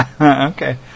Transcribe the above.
Okay